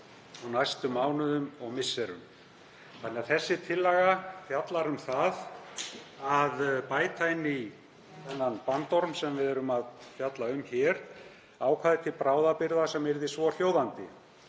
á næstu mánuðum og misserum. Þessi tillaga fjallar um það að bæta inn í þennan bandorm sem við erum að fjalla um hér ákvæði til bráðabirgða sem yrði svohljóðandi: